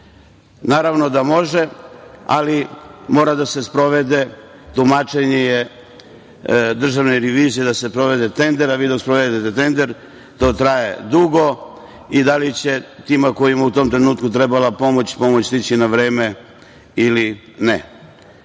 da može, ali mora da se sprovede, tumačenje je Državne revizije da se sprovede tender, da se usvoji tender. To traje dugo i da li će tim koji u tom trenutku trebala pomoć pomoć stići na vreme ili ne. Šta